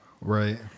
right